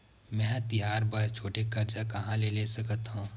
मेंहा तिहार बर छोटे कर्जा कहाँ ले सकथव?